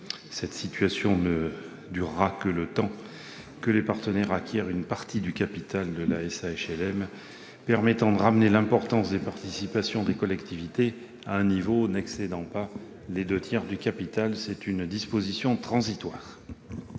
Cette situation durera seulement le temps que les partenaires acquièrent une partie du capital de la SA HLM, permettant de ramener l'importance des participations des collectivités à un niveau n'excédant pas les deux tiers du capital. Il s'agit donc d'une disposition transitoire.